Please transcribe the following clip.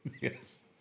Yes